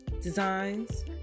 designs